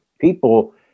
people